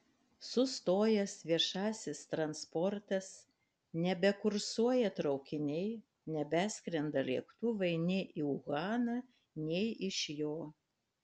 sustojęs viešasis transportas nebekursuoja traukiniai nebeskrenda lėktuvai nei į uhaną nei iš jo